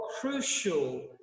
crucial